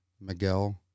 Miguel